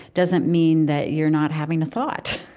doesn't mean that you're not having a thought.